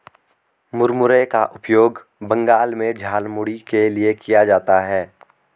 मुरमुरे का उपयोग बंगाल में झालमुड़ी के लिए किया जाता है